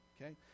okay